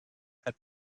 had